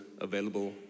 available